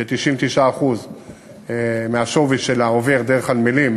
ש-99% מהשווי שלה עובר דרך הנמלים,